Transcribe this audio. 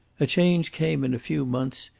a change came in a few months,